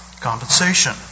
compensation